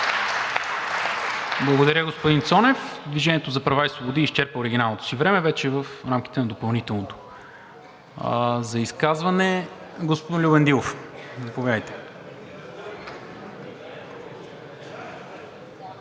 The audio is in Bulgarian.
Благодаря, господин Цонев. „Движение за права и свободи“ изчерпа времето си и вече е в рамките на допълнителното. За изказване? Господин Дилов,